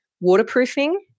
waterproofing